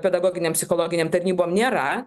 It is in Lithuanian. pedagoginėm psichologinėm tarnybom nėra